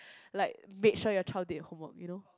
like made sure your child did her homework you know